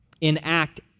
enact